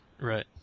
Right